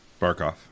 Barkov